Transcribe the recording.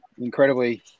incredibly